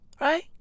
right